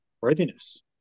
worthiness